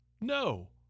No